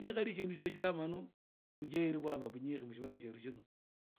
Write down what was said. Nitari shindu shitamanu bujeheru bwaba bunyishi mu shibala shyetu